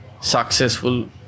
successful